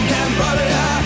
Cambodia